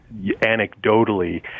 anecdotally